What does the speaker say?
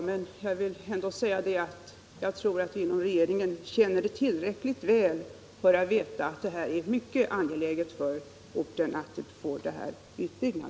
Men jag vill ändå säga att jag tror att vi inom regeringen känner dem tillräckligt väl för att veta att det är mycket angeläget för orten att få denna utbyggnad.